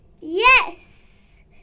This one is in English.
Yes